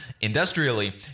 industrially